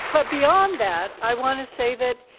but beyond that, i want to say that,